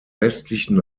westlichen